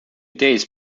days